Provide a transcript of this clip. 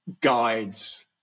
guides